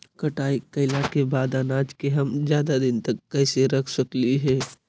कटाई कैला के बाद अनाज के हम ज्यादा दिन तक कैसे रख सकली हे?